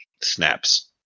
snaps